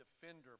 defender